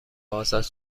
آزاد